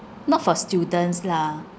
not for students lah